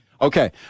Okay